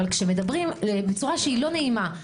אבל כשמדברים בצורה שהיא לא נעימה,